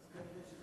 אז כנראה זה יותר,